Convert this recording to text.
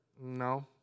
no